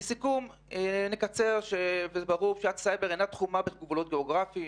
לסיכום: פשיעת סייבר אינה תחומה בגבולות גאוגרפיים,